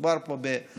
מדובר פה באנשים,